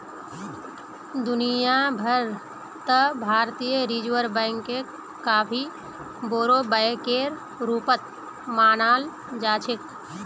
दुनिया भर त भारतीय रिजर्ब बैंकक काफी बोरो बैकेर रूपत मानाल जा छेक